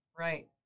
Right